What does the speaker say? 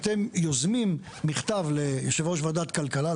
אתם יוזמים מכתב ליושב הראש ועדת הכלכלה,